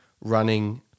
running